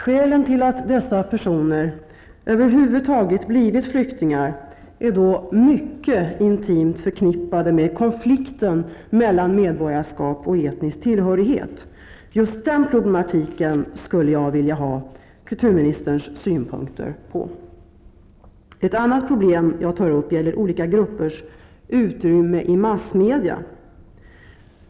Skälen till att dessa personer över huvud taget blivit flyktingar är då mycket intimt förknippade med konflikten mellan medborgarskap och etnisk tillhörighet. Just den problematiken skulle jag vilja ha kulturministerns synpunkter på. Ett annat problem jag tar upp gäller olika gruppers utrymme i massmedia.